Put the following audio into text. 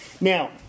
Now